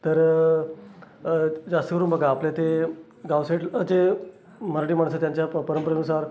तर जास्त करून बघा आपले ते गाव साइड जे मराठी माणसं त्यांच्या प परंपरेनुसार